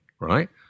Right